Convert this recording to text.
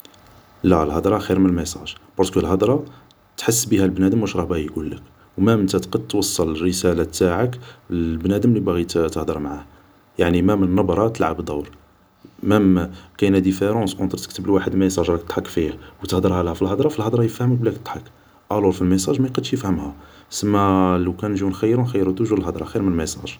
لا الهدر خير من الميساج ، بارسكو الهدر تحس بيها البنادم واش راه باغي يقولك ، و مام تقد توصل الرسالة تاعك للبنادم لي باغي تهدر معاه ، يعني مام النبر تلعب دور ، مام كاين ديفيرونس اونتر تكتب لواحد ميساج راك تضحك فيه و تهدرهاله في الهدر ، في الهدر يفهمك بلي راك تضحك الور في الميساج ما يقدش يفهمها ، سما لو كان نجيو نخيرو ، نخيرو توجور الهدر خير من الميساج